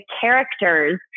characters